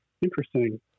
Interesting